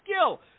skill